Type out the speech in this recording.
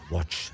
Watch